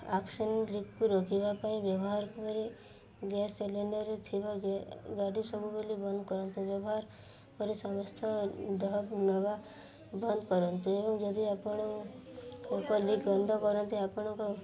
oxygen ଲିକ୍କୁ ରୋକିବା ପାଇଁ ବ୍ୟବହାର କରି ଗ୍ୟାସ୍ ସିଲିଣ୍ଡରରେ ଥିବା ଗାଡ଼ି ସବୁବେଳେ ବନ୍ଦ କରନ୍ତୁ ବ୍ୟବହାର କରି ସମସ୍ତ ଦେବା ନେବା ବନ୍ଦ କରନ୍ତୁ ଏବଂ ଯଦି ଆପଣ ଉପର ଲିକ୍ ବନ୍ଦ କରନ୍ତି ଆପଣଙ୍କ